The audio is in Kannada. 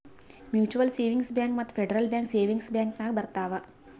ಮ್ಯುಚುವಲ್ ಸೇವಿಂಗ್ಸ್ ಬ್ಯಾಂಕ್ ಮತ್ತ ಫೆಡ್ರಲ್ ಬ್ಯಾಂಕ್ ಸೇವಿಂಗ್ಸ್ ಬ್ಯಾಂಕ್ ನಾಗ್ ಬರ್ತಾವ್